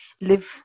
live